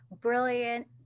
brilliant